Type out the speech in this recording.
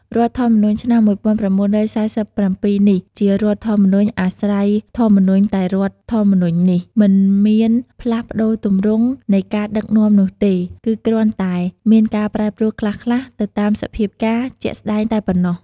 រដ្ឋធម្មនុញ្ញឆ្នាំ១៩៤៧នេះជារដ្ឋធម្មនុញ្ញអាស្រ័យធម្មនុញ្ញតែរដ្ឋធម្មនុញ្ញនេះ មិនមានផ្លាស់បប្តូរទម្រង់ នៃការដឹកនាំនោះទេ គឺគ្រាន់តែមានការប្រែប្រួលខ្លះៗ ទៅតាមសភាពការណ៍ជាក់ស្តែងតែប៉ុណ្ណោះ។